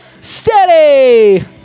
Steady